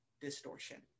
distortion